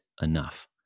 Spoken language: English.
enough